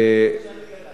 גם איפה שאני גדלתי.